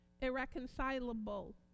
irreconcilable